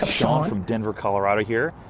ah sean from denver, colorado here.